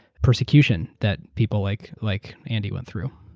persecution that people like like andy went through.